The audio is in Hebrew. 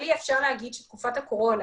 באופן טבעי אפשר להגיד שתקופת הקורונה,